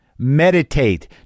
meditate